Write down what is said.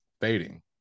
fading